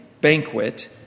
banquet